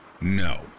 No